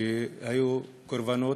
שהיו בו קורבנות.